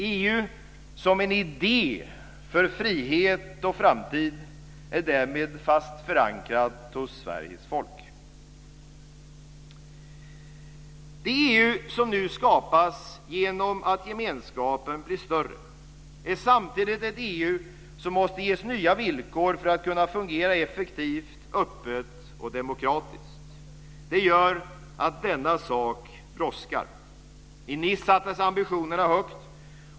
EU som en idé för frihet och framtid är därmed fast förankrat hos Sveriges folk. Det EU som nu skapas genom att gemenskapen blir större är samtidigt ett EU som måste ges nya villkor för att kunna fungera effektivt, öppet och demokratiskt. Det gör att denna sak brådskar. I Nice sattes ambitionerna högt.